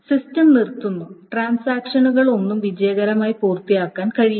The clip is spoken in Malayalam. സിസ്റ്റം നിർത്തുന്നു ട്രാൻസാക്ഷനുകളൊന്നും വിജയകരമായി പൂർത്തിയാക്കാൻ കഴിയില്ല